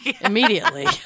immediately